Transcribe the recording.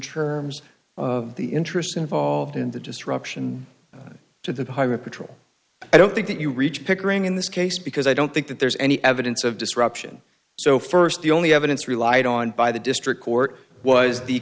terms of the interest involved in the disruption to the pirate patrol i don't think that you reach pickering in this case because i don't think that there's any evidence of disruption so st the only evidence relied on by the district court was the